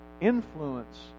influence